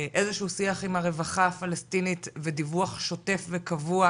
איזשהו שיח עם הרווחה הפלסטינית ודיווח שוטף וקבוע,